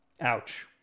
Ouch